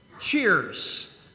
Cheers